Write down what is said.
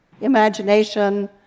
imagination